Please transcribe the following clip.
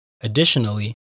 Additionally